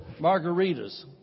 margaritas